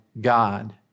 God